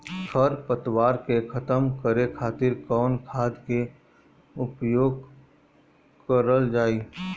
खर पतवार के खतम करे खातिर कवन खाद के उपयोग करल जाई?